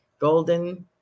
Golden